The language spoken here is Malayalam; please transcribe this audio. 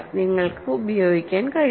നിങ്ങൾക്ക് ഉപയോഗിക്കാൻ കഴിയില്ല